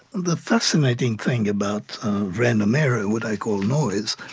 the fascinating thing about random error, what i call noise,